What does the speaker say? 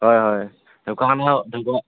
হয় হয় ঢকুৱাখানালে ঢকুৱা